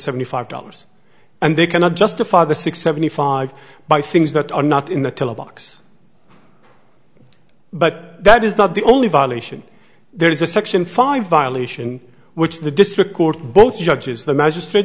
seventy five dollars and they cannot justify the six seventy five buy things that are not in the tele box but that is not the only violation there is a section five violation which the district court both judges the m